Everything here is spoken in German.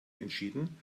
entschieden